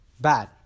bad